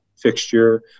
fixture